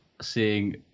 seeing